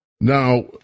Now